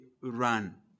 run